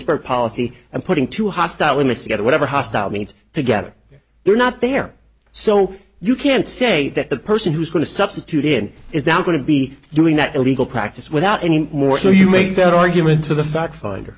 lewisburg policy and putting two hostile inmates to get whatever hostile means together they're not there so you can't say that the person who's going to substitute in is now going to be doing that illegal practice without any more so you make that argument to the fact finder